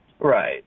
Right